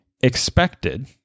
expected